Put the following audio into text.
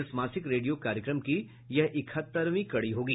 इस मासिक रेडियो कार्यक्रम की यह इकहत्तरवीं कड़ी होगी